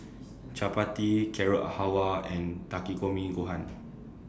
Chapati Carrot Halwa and Takikomi Gohan